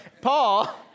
Paul